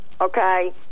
okay